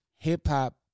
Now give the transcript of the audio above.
Hip-hop